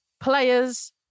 players